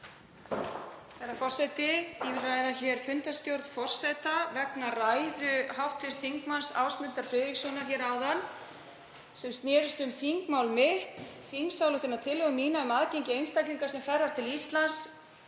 Herra forseti. Ég vil ræða hér fundarstjórn forseta vegna ræðu hv. þm. Ásmundar Friðrikssonar hér áðan sem snerist um þingmál mitt, þingsályktunartillögu um aðgengi einstaklinga sem ferðast til Íslands